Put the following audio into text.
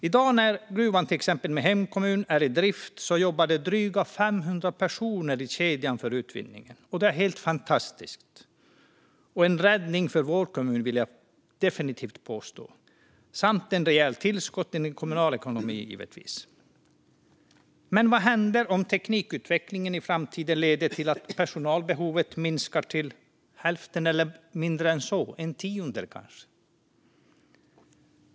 I dag när gruvan i till exempel min hemkommun är i drift jobbar drygt 500 personer i kedjan för utvinningen. Det är helt fantastiskt och en räddning för vår kommun, vill jag definitivt påstå, samt innebär givetvis ett rejält tillskott till den kommunala ekonomin. Men vad händer om teknikutvecklingen i framtiden leder till att personalbehovet minskar till hälften, eller mindre än så - kanske en tiondel?